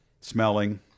smelling